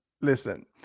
listen